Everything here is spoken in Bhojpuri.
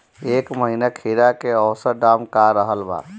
एह महीना खीरा के औसत दाम का रहल बा?